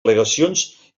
al·legacions